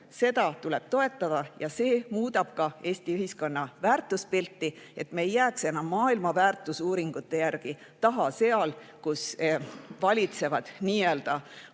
Seda tuleb toetada ja see muudab ka Eesti ühiskonna väärtuspilti, et me ei jääks enam maailma väärtusuuringutes taha, [sinna], kus valitsevad hoopiski